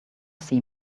see